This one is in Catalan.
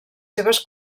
seves